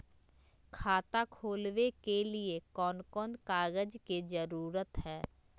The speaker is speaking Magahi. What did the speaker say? खाता खोलवे के लिए कौन कौन कागज के जरूरत है?